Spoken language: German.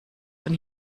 von